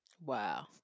Wow